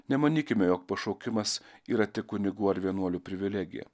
nemanykime jog pašaukimas yra tik kunigų ar vienuolių privilegija